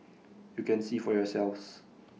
you can see for yourselves